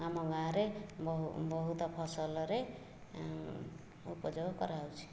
ଆମ ଗାଁରେ ବହୁତ ଫସଲରେ ଉପଯୋଗ କରା ହେଉଛି